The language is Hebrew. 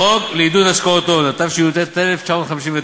חוק לעידוד השקעות הון, התשי"ט 1959,